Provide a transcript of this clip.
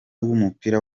w’umupira